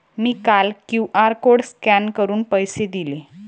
मी काल QR code scan करून पैसे दिले